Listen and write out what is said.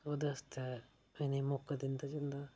ओह्दे आस्तै इनेंई मौका दिंदा जंदा